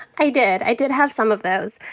i did. i did have some of those.